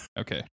Okay